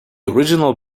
original